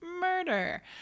murder